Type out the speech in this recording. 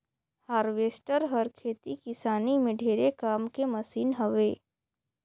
harvester हर खेती किसानी में ढेरे काम के मसीन हवे